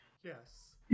Yes